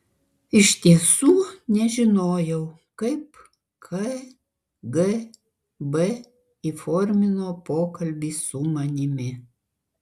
iš tiesų nežinojau kaip kgb įformino pokalbį su manimi